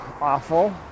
awful